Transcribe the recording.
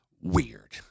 weird